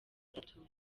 itatu